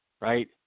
Right